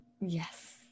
Yes